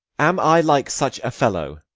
am i like such a fellow?